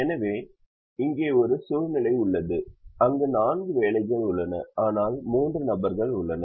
எனவே இங்கே ஒரு சூழ்நிலை உள்ளது அங்கு நான்கு வேலைகள் உள்ளன ஆனால் மூன்று நபர்கள் உள்ளனர்